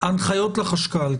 הנחיות לחשכ"ל.